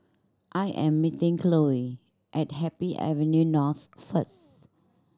I am meeting Cloe at Happy Avenue North first